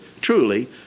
truly